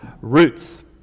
roots